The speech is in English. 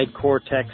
cortex